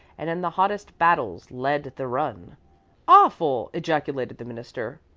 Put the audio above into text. and in the hottest battles led the run awful! ejaculated the minister.